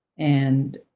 and